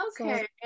Okay